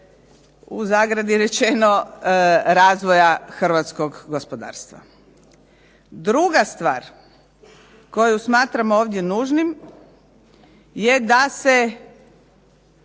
u zagradi rečeno, razvoja hrvatskog gospodarstva. Druga stvar koju smatram ovdje nužnim je da se